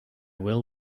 will